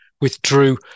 withdrew